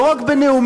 לא רק בנאומים,